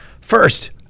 First